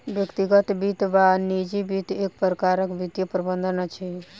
व्यक्तिगत वित्त वा निजी वित्त एक प्रकारक वित्तीय प्रबंधन अछि